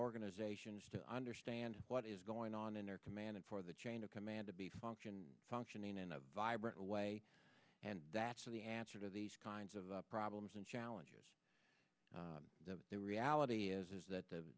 organizations to understand what is going on in their command and for the chain of command to be function functioning in a vibrant a way and that's the adjured of these kinds of problems and challenges the new reality is that